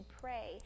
pray